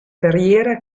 carriera